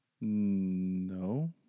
No